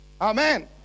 amen